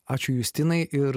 ačiū justinai ir